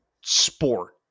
sport